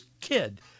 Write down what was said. kid